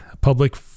public